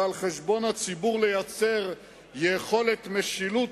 ועל חשבון הציבור לייצר יכולת משילות